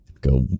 go